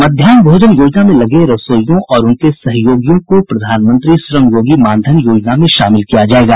मध्याहन भोजन योजना में लगे रसोइयों और उनके सहयोगियों को प्रधानमंत्री श्रमयोगी मानधन योजना में शाामिल किया जायेगा